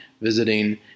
visiting